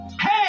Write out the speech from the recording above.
Hey